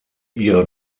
ihre